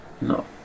No